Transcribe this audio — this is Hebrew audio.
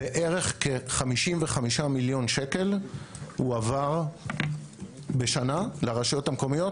בערך כ-55 מיליון שקל בשנה הועבר לרשויות המקומיות